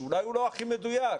שאולי הוא לא הכי מדויק,